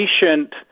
patient